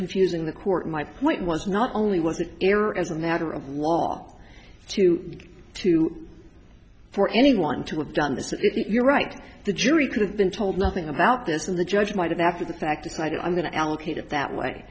confusing the court my point was not only was an error as a matter of law to two for anyone to have done this if you're right the jury could have been told nothing about this and the judge might have after the fact decided i'm going to allocate it that way